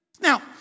Now